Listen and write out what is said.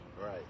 Right